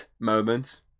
moment